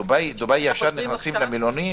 מדובאי ישר נכנסים למלונית?